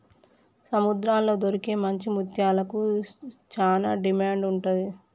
సముద్రాల్లో దొరికే మంచి ముత్యాలకు చానా డిమాండ్ ఉంటది